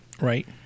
right